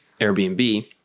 Airbnb